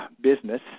business